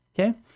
okay